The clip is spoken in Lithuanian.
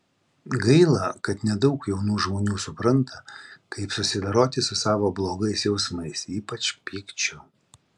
gaila kad nedaug jaunų žmonių supranta kaip susidoroti su savo blogais jausmais ypač pykčiu